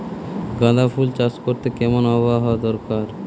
গাঁদাফুল চাষ করতে কেমন আবহাওয়া দরকার?